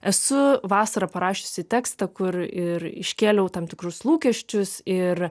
esu vasarą parašiusi tekstą kur ir iškėliau tam tikrus lūkesčius ir